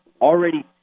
Already